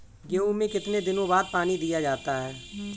गेहूँ में कितने दिनों बाद पानी दिया जाता है?